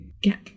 get